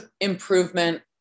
improvement